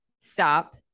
stop